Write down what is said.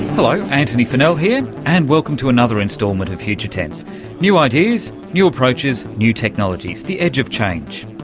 hello antony funnell here, and welcome to another instalment of future tense new ideas, new approaches, new technologies, the edge of change.